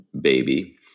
baby